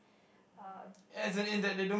uh because